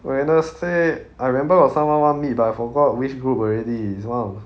wednesday I remember got someone want meet but I forgot which group already it's one of